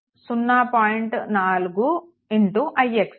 4ix